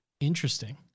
Interesting